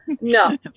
no